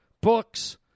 books